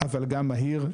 אבל גם מהיר.